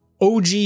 OG